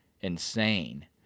insane